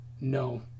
No